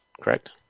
correct